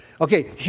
Okay